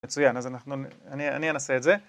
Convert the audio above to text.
מצוין, אז אנחנו אני אנסה את זה.